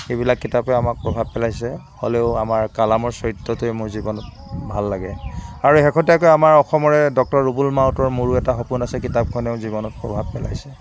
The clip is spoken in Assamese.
এইবিলাক কিতাপে আমাক প্ৰভাৱ পেলাইছে হ'লেও আমাৰ কালামৰ চৰিত্ৰটোৱে মোৰ জীৱনত ভাল লাগে আৰু শেষতীয়াকৈ আমাৰ অসমৰে ডক্টৰ ৰুবুল মাউতৰ মোৰো এটা সপোন আছে কিতাপখনেও জীৱনত প্ৰভাৱ পেলাইছে